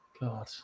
God